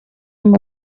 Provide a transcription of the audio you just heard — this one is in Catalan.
amb